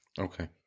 Okay